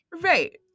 Right